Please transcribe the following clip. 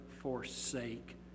forsake